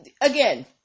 again